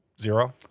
Zero